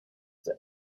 the